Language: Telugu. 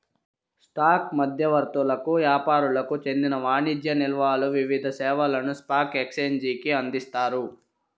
స్టాక్ మధ్యవర్తులకు యాపారులకు చెందిన వాణిజ్య నిల్వలు వివిధ సేవలను స్పాక్ ఎక్సేంజికి అందిస్తాయి